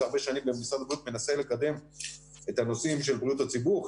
הרבה שנים במשרד הבריאות ומנסה לקדם את הנושאים של בריאות הציבור,